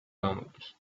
გამოდის